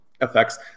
effects